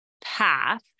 path